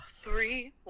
three